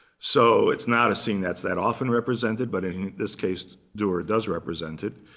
so it's not a scene that's that often represented. but in this case, durer does represent it.